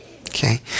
Okay